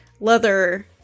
leather